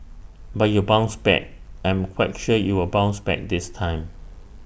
but you bounced back I'm quite sure you will bounce back this time